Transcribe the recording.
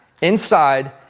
inside